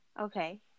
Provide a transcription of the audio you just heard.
Okay